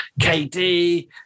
KD